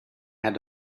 had